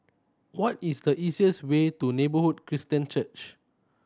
what is the easiest way to Neighbourhood Christian Church